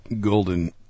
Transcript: golden